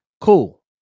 Cool